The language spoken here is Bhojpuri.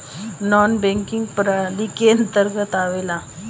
नानॅ बैकिंग प्रणाली के अंतर्गत आवेला